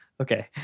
Okay